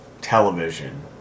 television